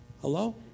Hello